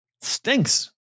Stinks